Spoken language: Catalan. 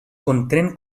contenen